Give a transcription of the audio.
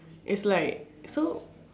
it's like so